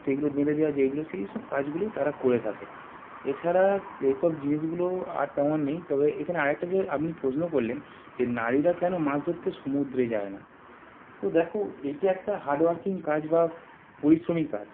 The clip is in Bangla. তো সেইগুলো বেঁধে দেওয়া যেইগুলো সেই সব কাজগুলোও তারা করে থাকে এছাড়া সেই সব জিনিসগুলো আর তেমন নেই তবে এখানে আর একটা যে আপনি প্রশ্ন করলেন যে নারীরা কেন মাছ ধরতে সমুদ্রে যায় না তো দেখো এইটা একটা হাডওয়ার্কিং কাজ বা পরিশ্রমী কাজ